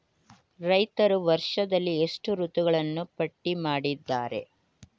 ರೈತರು ವರ್ಷದಲ್ಲಿ ಎಷ್ಟು ಋತುಗಳನ್ನು ಪಟ್ಟಿ ಮಾಡಿದ್ದಾರೆ?